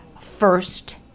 first